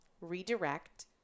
redirect